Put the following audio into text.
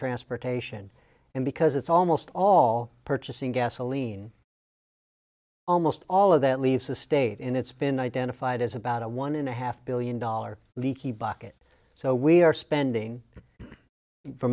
transportation and because it's almost all purchasing gasoline almost all of that leaves the state in it's been identified as about one and a half billion dollar leaky bucket so we are spending f